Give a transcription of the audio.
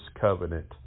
covenant